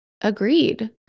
agreed